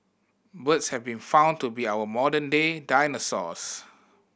birds have been found to be our modern day dinosaurs